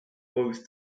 both